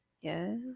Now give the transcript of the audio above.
Yes